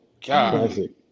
Classic